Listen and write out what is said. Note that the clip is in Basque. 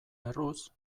erruz